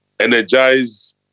energize